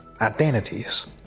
identities